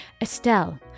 Estelle